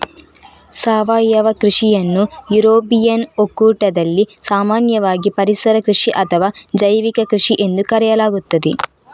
ಸಾವಯವ ಕೃಷಿಯನ್ನು ಯುರೋಪಿಯನ್ ಒಕ್ಕೂಟದಲ್ಲಿ ಸಾಮಾನ್ಯವಾಗಿ ಪರಿಸರ ಕೃಷಿ ಅಥವಾ ಜೈವಿಕ ಕೃಷಿಎಂದು ಕರೆಯಲಾಗುತ್ತದೆ